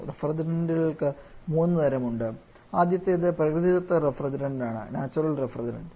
റഫ്രിജറന്റുകൾക്ക് മൂന്ന് തരം ഉണ്ട് ആദ്യത്തേത് പ്രകൃതിദത്ത റഫ്രിജറന്റാണ്നാച്ചുറൽ റെഫ്രിജറന്റ്